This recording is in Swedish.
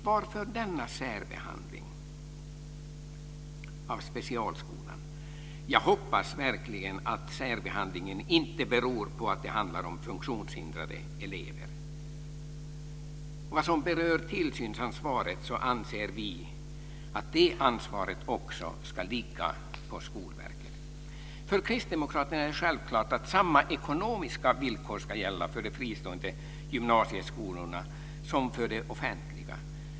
Varför denna särbehandling av specialskolan? Jag hoppas verkligen att särbehandlingen inte beror på att det handlar om funktionshindrade elever. Tillsynsansvaret ska också, anser vi, ligga på Skolverket. För kristdemokraterna är det självklart att samma ekonomiska villkor ska gälla för de fristående gymnasieskolorna som för de offentliga.